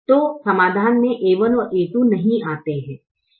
तो समाधान में a1 और a2 नहीं आते हैं